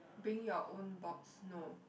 bring your own box no